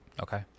Okay